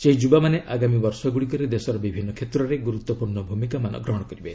ସେହି ଯୁବାମାନେ ଆଗାମୀ ବର୍ଷଗୁଡ଼ିକରେ ଦେଶର ବିଭିନ୍ନ କ୍ଷେତ୍ରରେ ଗୁରୁତ୍ୱପୂର୍ଣ୍ଣ ଭୂମିକାମାନ ଗ୍ରହଣ କରିବେ